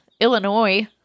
Illinois